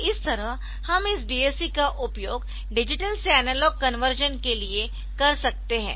तो इस तरह हम इस DAC का उपयोग डिजिटल से एनालॉग कन्वर्शन के लिए कर सकते है